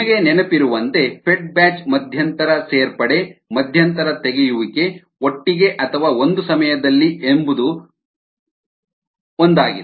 ನಿಮಗೆ ನೆನಪಿರುವಂತೆ fed batch ಮಧ್ಯಂತರ ಸೇರ್ಪಡೆ ಮಧ್ಯಂತರ ತೆಗೆಯುವಿಕೆ ಒಟ್ಟಿಗೆ ಅಥವಾ ಒಂದು ಸಮಯದಲ್ಲಿ ಒಂದು ಎಂಬುದಾಗಿದೆ